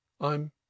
I'm